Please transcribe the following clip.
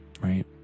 Right